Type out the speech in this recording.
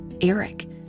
Eric